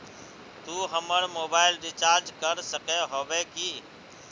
तू हमर mobile recharge कर सके होबे की?